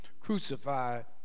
crucified